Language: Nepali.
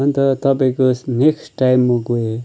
अन्त तपाईँको नेक्स्ट टाइम म गएँ